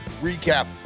Recap